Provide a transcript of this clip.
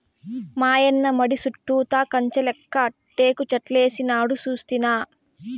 మాయన్న మడి చుట్టూతా కంచెలెక్క టేకుచెట్లేసినాడు సూస్తినా